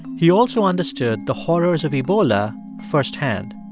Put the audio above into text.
he also understood the horrors of ebola firsthand.